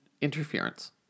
interference